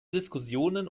diskussionen